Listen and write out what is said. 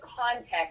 context